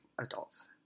adults